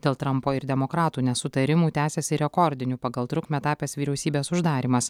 dėl trampo ir demokratų nesutarimų tęsiasi rekordiniu pagal trukmę tapęs vyriausybės uždarymas